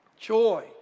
Joy